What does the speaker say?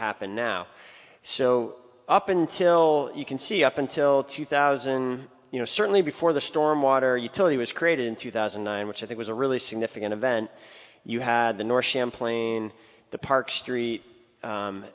happened now so up until you can see up until two thousand you know certainly before the storm water utility was created in two thousand and nine which i think was a really significant event you had the north champlain the park street